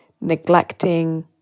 neglecting